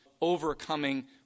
overcoming